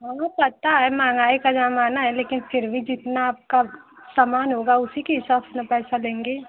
हाँ पता है महँगाई का जमाना है लेकिन फिर भी जितना आपका सामान होगा उसी के हिसाब से न पैसा लेंगे